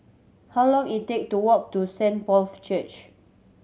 how long it take to walk to Saint Paul's Church